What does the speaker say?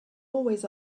always